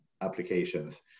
applications